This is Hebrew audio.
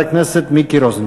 חבר הכנסת מיקי רוזנטל.